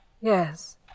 Yes